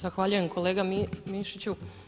Zahvaljujem kolega Mišiću.